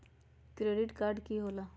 Credit card की होला?